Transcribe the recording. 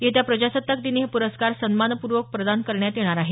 येत्या प्रजासत्ताक दिनी हे पुरस्कार सन्मानपूर्वक प्रदान करण्यात येणार आहेत